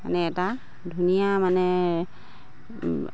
মানে এটা ধুনীয়া মানে